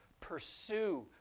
pursue